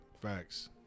Facts